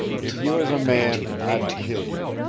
if you was a man i'd kill you!